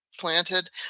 planted